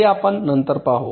हे आपण नंतर पाहू